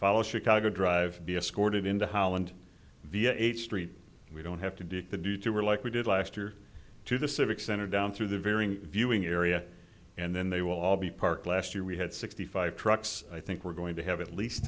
follow chicago drive be escorted into holland via eighth street and we don't have to do the do two or like we did last year to the civic center down through the varying viewing area and then they will all be parked last year we had sixty five trucks i think we're going to have at least